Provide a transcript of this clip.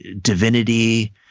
divinity